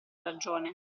ragione